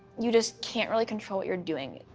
you just can't really control what you're doing.